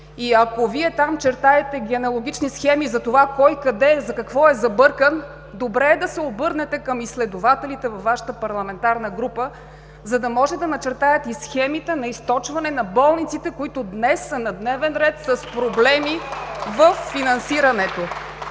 Ако Вие там чертаете генеалогични схеми кой къде и за какво е забъркан, добре е да се обърнете към изследователите във Вашата парламентарна група, за да можете да начертаете и схемите на източване на болниците, които днес са на дневен ред с проблеми във финансирането.